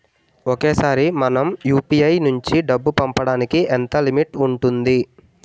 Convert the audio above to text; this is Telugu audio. ఒకేసారి మనం యు.పి.ఐ నుంచి డబ్బు పంపడానికి ఎంత లిమిట్ ఉంటుంది?